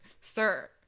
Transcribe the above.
sir